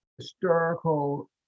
historical